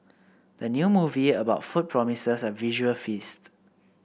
the new movie about food promises a visual feast